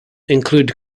include